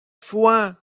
fouan